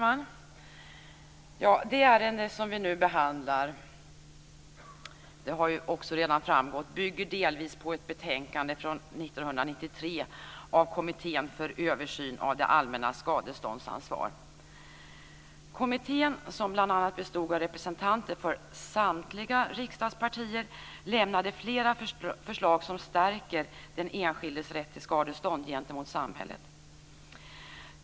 Fru talman! Det ärende som vi nu behandlar bygger delvis - det har också redan framgått - på ett betänkande från 1993 av Kommittén för översyn av det allmännas skadeståndsansvar. Kommittén, som bl.a. bestod av representanter för samtliga riksdagspartier, lämnade flera förslag som stärker den enskildes rätt till skadestånd gentemot samhället.